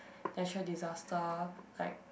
natural disaster like